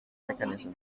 mechanism